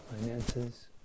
finances